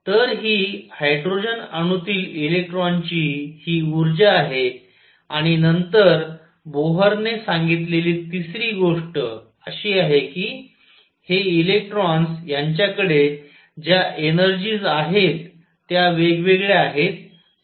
तर ही हायड्रोजन अणूतील इलेक्ट्रॉनची हि उर्जा आहे आणि नंतर बोहर ने सांगितलेली तिसरी गोष्ट अशी आहे की हे इलेक्ट्रॉन्स यांच्या कडे ज्या एनर्जीस आहेत त्या वेगवेगळ्या आहेत 13